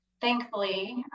thankfully